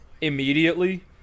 immediately